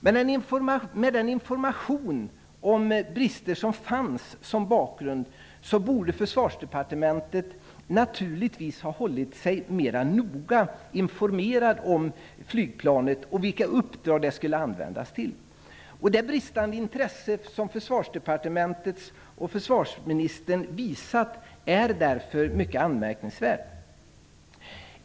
Med den information om brister som fanns borde Försvarsdepartementet naturligtvis ha hållit sig mera noga informerat om flygplanet och vilka uppdrag som det skulle användas till. Det bristande intresse som Försvarsdepartementet och försvarsministern visat är därför mycket anmärkningsvärt.